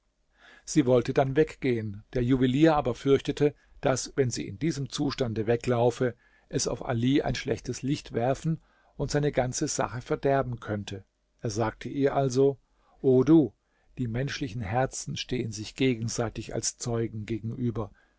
sie wollte dann weggehen der juwelier aber fürchtete daß wenn sie in diesem zustande weglaufe es auf ali ein schlechtes licht werfen und seine ganze sache verderben könnte er sagte ihr also o du die menschlichen herzen stehen sich gegenseitig als zeugen gegenüber